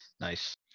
nice